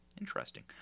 Interesting